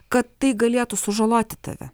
kad tai galėtų sužaloti tave